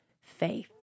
faith